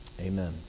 Amen